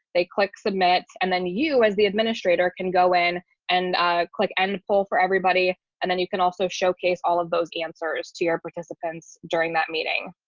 they click submit, and then you as the administrator can go in and click and pull for everybody. and then you can also showcase all of those answers to your participants during that meeting.